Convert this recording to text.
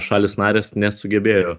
šalys narės nesugebėjo